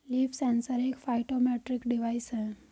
leaf sensor एक phytometric device है